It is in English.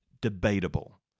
debatable